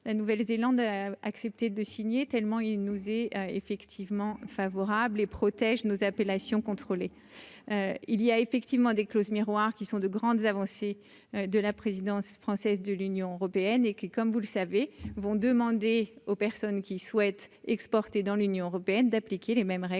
la Nouvelle-Zélande a accepté de signer, tellement il nous est effectivement favorable et protège nos appellations contrôlées, il y a effectivement des clauses miroirs qui sont de grandes avancées de la présidence française de l'Union européenne et qui, comme vous le savez, vont demander aux personnes qui souhaitent exporter dans l'Union européenne d'appliquer les mêmes règles